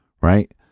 right